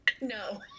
No